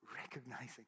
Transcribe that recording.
recognizing